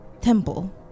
temple